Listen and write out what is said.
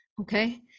okay